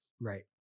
right